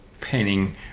painting